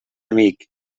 amic